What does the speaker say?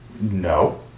no